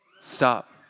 Stop